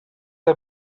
are